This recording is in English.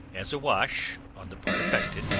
as a wash on the part affected,